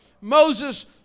Moses